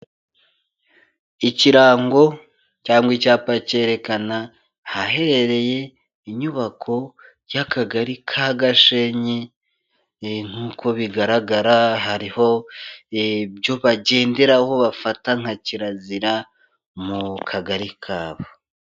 Ikirango cyangwa icyapa cyerekana ahaheye inyubako y'Akagari ka Gashenyi, nk'uko bigaragara hari ibyo bagenderaho bafata nka kirazira mu Kagari kabo.